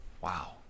Wow